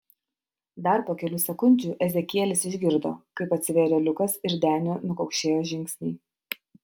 dar po kelių sekundžių ezekielis išgirdo kaip atsivėrė liukas ir deniu nukaukšėjo žingsniai